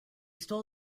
stole